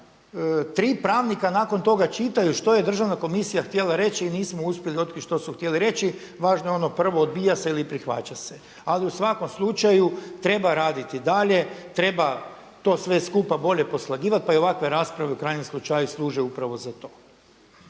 3 pravnika nakon toga čitaju što je Državna komisija htjela reći i nismo uspjeli otkriti što su htjeli reći. Važno je ono prvo odbija se ili prihvaća se. Ali u svakom slučaju treba raditi dalje, treba to sve skupa bolje poslagivati, pa i ovakve rasprave u krajnjem slučaju služe upravo za to.